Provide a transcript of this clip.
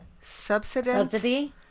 Subsidy